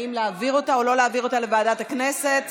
להעביר אותה או לא להעביר אותה לוועדת הכנסת.